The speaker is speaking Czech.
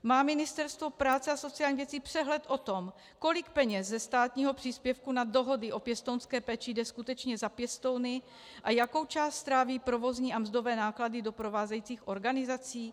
Má Ministerstvo práce a sociálních věcí přehled o tom, kolik peněz ze státního příspěvku na dohody o pěstounské péči jde skutečně za pěstouny a jakou část stráví provozní a mzdové náklady doprovázejících organizací?